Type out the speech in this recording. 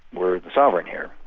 we're sovereign here.